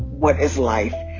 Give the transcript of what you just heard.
what is life?